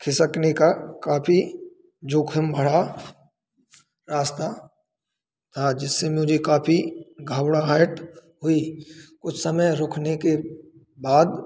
खिसकने का काफी जोखिम भरा रास्ता था जिससे मुझे काफी घबराहट हुई कुछ समय रुखने के बाद